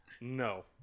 No